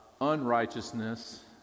unrighteousness